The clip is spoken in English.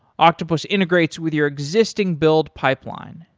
octopus integrates with your existing build pipeline,